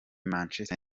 manchester